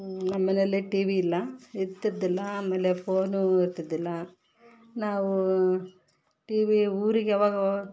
ನಮ್ಮಮನೆಯಲ್ಲಿ TV ಇಲ್ಲ ಇರ್ತಿದಿಲ್ಲ ಆಮೇಲೆ ಫೋನು ಇರ್ತಿದಿಲ್ಲ ನಾವು ಟಿ ವಿ ಊರಿಗೆ ಯಾವಾಗ ಅವಾಗ